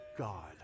God